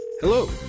Hello